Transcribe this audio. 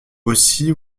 aussi